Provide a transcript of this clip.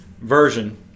version